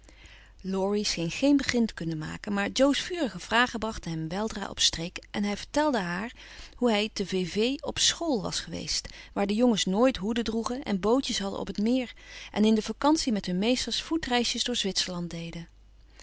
laurie scheen geen begin te kunnen maken maar jo's vurige vragen brachten hem weldra op streek en hij vertelde haar hoe hij te vevey op school was geweest waar de jongens nooit hoeden droegen en bootjes hadden op het meer en in de vacantie met hun meesters voetreisjes door zwitserland deden